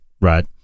Right